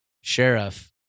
sheriff